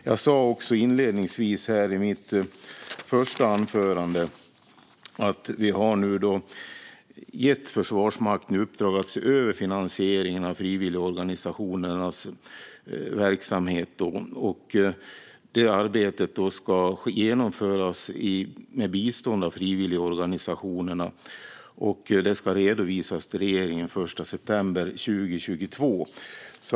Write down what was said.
Jag sa inledningsvis i mitt första anförande också att vi nu har gett Försvarsmakten i uppdrag att se över finansieringen av frivilligorganisationernas verksamhet. Detta arbete ska genomföras med bistånd av frivilligorganisationerna. Det ska redovisas till regeringen den 1 september 2022.